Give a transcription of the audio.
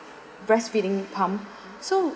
breastfeeding pump so